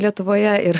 lietuvoje ir